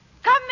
Come